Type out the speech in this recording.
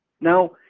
Now